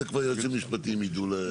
את זה כבר היועצים המשפטיים ידעו לעשות.